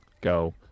Go